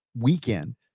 weekend